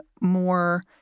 more